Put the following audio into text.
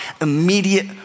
immediate